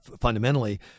fundamentally